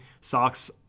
socks